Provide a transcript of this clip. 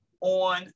on